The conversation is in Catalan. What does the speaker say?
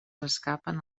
escapen